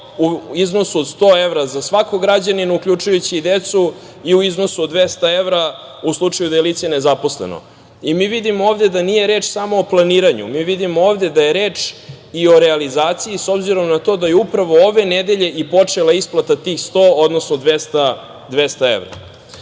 u iznosu od 100 evra za svakog građanina, uključujući i decu, i u iznosu od 200 evra u slučaju da je lice nezaposleno. Ovde vidimo da nije reč samo o planiranju, mi vidimo ovde da je reč i o realizaciji s obzirom na to da je upravo ove nedelje, i počela isplata tih 100, odnosno 200 evra. Ovo